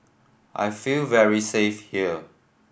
I feel very safe here